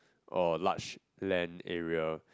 or large land area